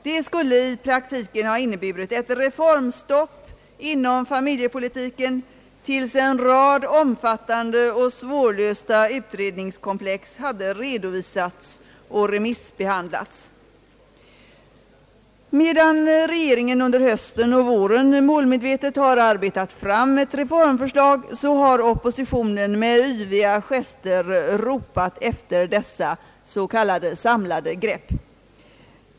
Det skulle i praktiken ha inneburit ett reformstopp inom familjepolitiken, tills en rad omfattande och svårlösta utredningskomplex hade redovisats och remissbehandlats. Medan regeringen i höstas och denna vår målmedvetet har arbetat fram ett reformförslag, har oppositionen med yviga gester ropat efter de s.k. samlade greppen.